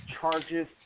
charges